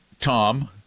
Tom